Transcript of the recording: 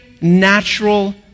natural